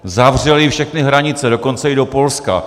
Zavřeli všechny hranice, dokonce i do Polska!